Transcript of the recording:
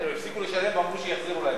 הפסיקו לשלם ואמרו שיחזירו להם.